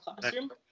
classroom